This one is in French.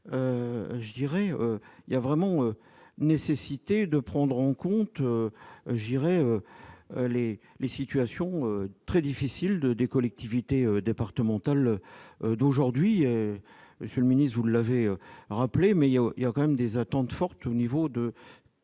je dirais : il y a vraiment nécessité de prendre en compte, je dirais les les situations très difficiles de des collectivités départementales d'aujourd'hui, Monsieur le Ministre, vous l'avez rappelé, mais il y a, il y a quand même des attentes fortes au niveau de